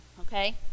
okay